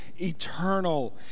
eternal